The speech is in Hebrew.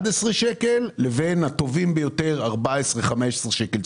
שקל לבין הטובים ביותר שקיבלו 14 15 שקל.